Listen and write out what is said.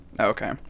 Okay